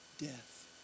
death